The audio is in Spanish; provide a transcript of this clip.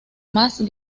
más